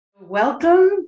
Welcome